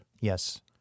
Yes